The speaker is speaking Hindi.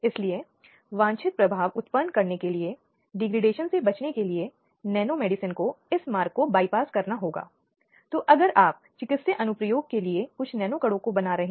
इसलिए मुझे कानून की अदालतों में जाने की अनुमति दी जानी चाहिए अगर मेरे अधिकारों का उल्लंघन होता है या यदि मैं हिंसा के किसी भी रूप के अधीन हूं